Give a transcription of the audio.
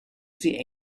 sie